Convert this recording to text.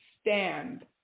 stand